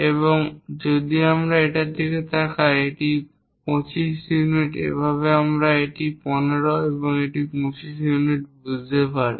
এবং যদি আমরা এটির দিকে তাকাই এটি 25 ইউনিট এইভাবে আমরা এই 15 এবং 25টি বুঝতে পারি